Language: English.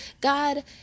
God